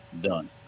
Done